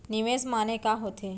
निवेश माने का होथे?